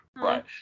right